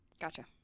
Gotcha